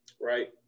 right